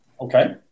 Okay